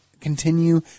continue